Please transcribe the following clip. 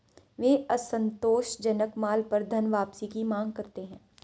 वे असंतोषजनक माल पर धनवापसी की मांग करते हैं